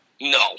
No